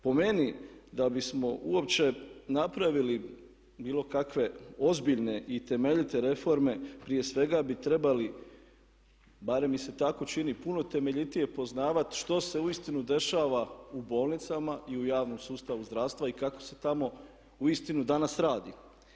Po meni da bismo uopće napravili bilo kakve ozbiljne i temeljite reforme prije svega bi trebali, barem mi se tako čini, puno temeljitije poznavati što se uistinu dešava u bolnicama i u javnom sustavu zdravstva i kako se tamo uistinu danas radi.